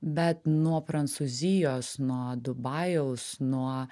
bet nuo prancūzijos nuo dubajaus nuo